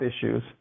issues